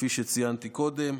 כפי שציינתי קודם.